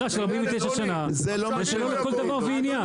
--- זה שלו לכל דבר ועניין.